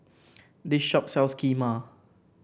this shop sells Kheema